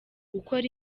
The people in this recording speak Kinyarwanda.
ukora